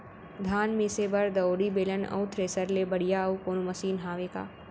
धान मिसे बर दउरी, बेलन अऊ थ्रेसर ले बढ़िया अऊ कोनो मशीन हावे का?